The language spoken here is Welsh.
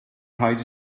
rhaid